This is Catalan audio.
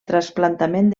trasplantament